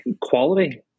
quality